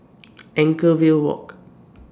Anchorvale Walk